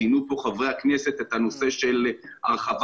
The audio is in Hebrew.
ציינו כאן חברי הכנסת את הנושא של הרחבת